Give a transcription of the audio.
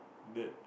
that